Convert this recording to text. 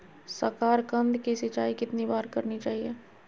साकारकंद की सिंचाई कितनी बार करनी चाहिए?